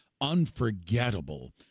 unforgettable